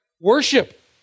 Worship